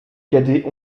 cadets